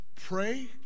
Pray